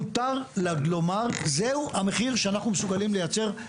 מותר לומר: זה הוא המחיר שאנחנו מסוגלים לייצר,